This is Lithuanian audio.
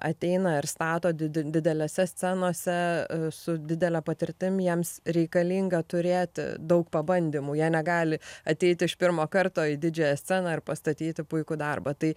ateina ir stato did didelėse scenose su didele patirtim jiems reikalinga turėti daug pabandymų jie negali ateit iš pirmo karto į didžiąją sceną ir pastatyti puikų darbą tai